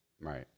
Right